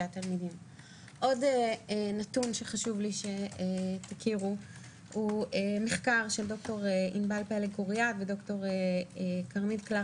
עוד נתון שחשוב שתכירו הוא מחקר של ד"ר ענבל פלג קוריאה וד"ר כרמית קלר